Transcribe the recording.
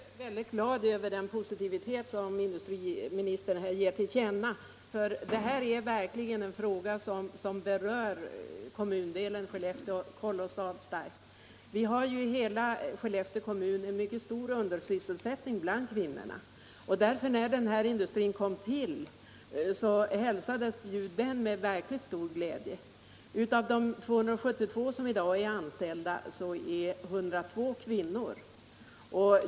Herr talman! Jag är glad över den positiva inställning som industriministern har gett till känna. Detta är en fråga som berör kommundelen Skellefteå starkt. Vi har ju i hela Skellefteå kommun en betydande undersysselsättning bland kvinnorna. När den här industrin kom till, hälsades den därför med verkligt stor glädje. Av de 272 personer som i dag är anställda är 102 kvinnor.